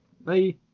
Bye